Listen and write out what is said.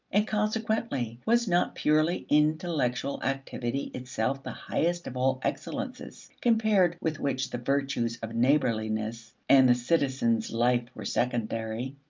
and consequently was not purely intellectual activity itself the highest of all excellences, compared with which the virtues of neighborliness and the citizen's life were secondary?